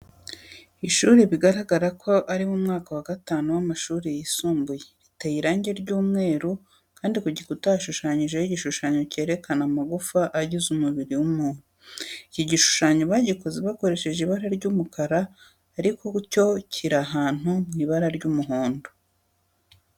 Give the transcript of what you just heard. Ishuri bigaragara ko ari iryo mu mwaka wa gatanu w'amashuri yisumbuye riteye irangi ry'umweru, kandi ku gikuta hashushanyijeho igishushanyo cyerekana amagufa agize umubiri w'umuntu. Iki gishushanyo bagikoze bakoresheje ibara ry'umukara ariko cyo kiri ahantu mu ibara ry'umuhondo.